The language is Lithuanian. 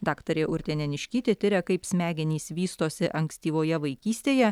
daktarė urtė neniškytė tiria kaip smegenys vystosi ankstyvoje vaikystėje